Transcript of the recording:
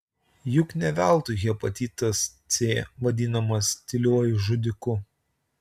juk ne veltui hepatitas c vadinamas tyliuoju žudiku